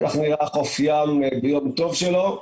כך נראה חוף ים ביום טוב שלו.